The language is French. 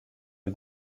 est